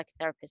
psychotherapists